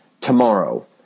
tomorrow